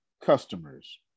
customers